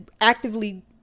actively